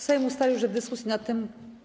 Sejm ustalił, że w dyskusji nad tym.